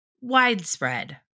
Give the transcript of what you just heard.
widespread